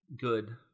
good